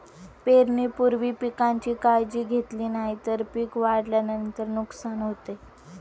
पेरणीपूर्वी पिकांची काळजी घेतली नाही तर पिक वाढल्यानंतर नुकसान होते